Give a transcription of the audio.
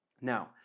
Now